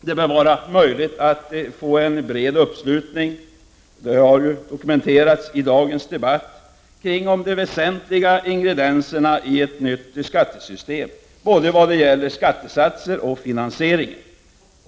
Det bör vara möjligt att få en bred uppslutning kring de väsentliga ingredienserna i ett nytt skattesystem, både vad det gäller skattesatserna och vad det gäller finansieringen. Det har ju dokumenterats i dagens debatt.